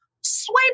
swipe